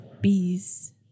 bees